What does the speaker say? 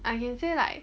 I can say like